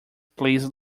please